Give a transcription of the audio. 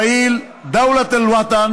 (חוזר על הדברים בערבית.)